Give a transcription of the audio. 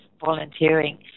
volunteering